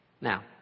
Now